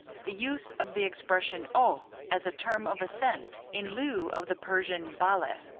the use of the expression o as a term of assent, in lieu of the persian balli.